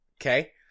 Okay